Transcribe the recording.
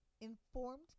Informed